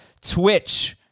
Twitch